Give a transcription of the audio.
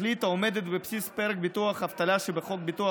התכלית העומדת בבסיס פרק ביטוח אבטלה שבחוק הביטוח